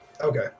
Okay